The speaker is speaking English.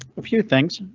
few things